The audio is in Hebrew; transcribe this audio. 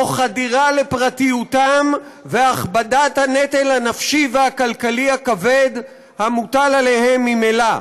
תוך חדירה לפרטיותם והכבדת הנטל הנפשי והכלכלי הכבד המוטל עליהם ממילא.